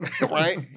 Right